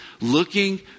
looking